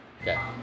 Okay